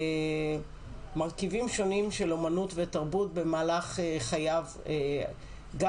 למרכיבים שונים של אומנות ותרבות במהלך חייו גם